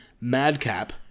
Madcap